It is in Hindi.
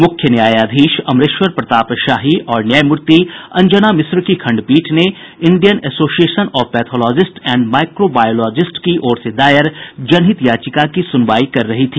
मुख्य न्यायाधीश अमरेश्वर प्रताप शाही और न्यायमूर्ति अंजना मिश्रा की खंडपीठ Indian association of pathologist and microbiologist की ओर से दायर जनहित याचिका पर सुनवाई कर रही था